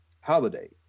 holiday